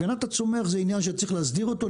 הגנת הצומח היא נושא שצריך להסדיר אותו.